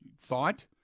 thought